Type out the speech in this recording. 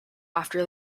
after